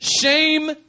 Shame